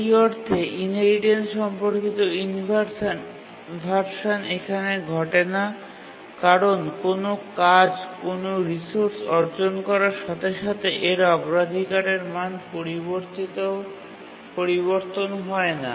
সেই অর্থে ইনহেরিটেন্স সম্পর্কিত ইনভারশান এখানে ঘটে না কারণ কোনও কাজ কোনও রিসোর্স অর্জন করার সাথে সাথে এর অগ্রাধিকারের মান পরিবর্তন হয় না